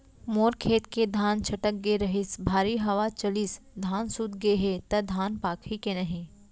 मोर खेत के धान छटक गे रहीस, भारी हवा चलिस, धान सूत गे हे, त धान पाकही के नहीं?